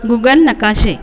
गुगन नकाशे